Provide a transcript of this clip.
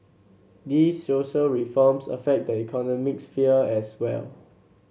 these social reforms affect the economic sphere as well